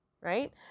right